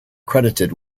credited